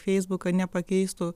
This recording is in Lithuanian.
feisbuką nepakeistų